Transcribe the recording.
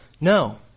No